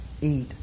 eat